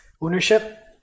ownership